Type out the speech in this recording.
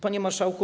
Panie Marszałku!